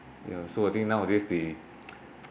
ya so I think nowadays the